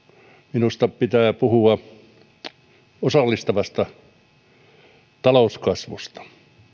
minusta pitää puhua osallistavasta talouskasvusta